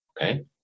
Okay